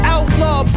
Outlaw